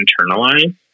internalize